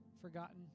forgotten